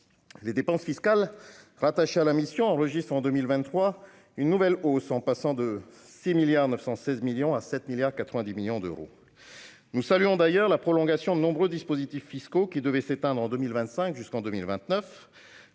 les dépenses fiscales rattachées à la mission enregistrent, en 2023, une nouvelle hausse : elles passent de 6,916 milliards d'euros à 7,090 milliards d'euros. Nous saluons d'ailleurs la prolongation jusqu'en 2029 de nombreux dispositifs fiscaux qui devaient s'éteindre en 2025. Le Sénat